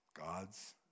God's